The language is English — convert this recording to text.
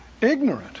ignorant